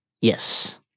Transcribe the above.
Yes